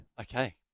Okay